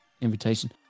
invitation